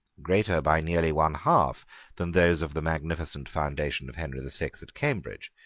greater by nearly one half than those of the magnificent foundation of henry the sixth at cambridge,